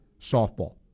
softball